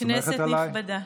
כנסת נכבדה,